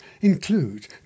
include